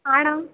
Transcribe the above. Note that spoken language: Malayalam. ആണോ